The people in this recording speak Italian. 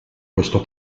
questo